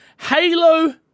Halo